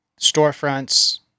storefronts